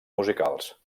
musicals